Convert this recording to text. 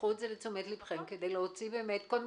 קחו את זה לתשומת לבכם כדי להוציא קודם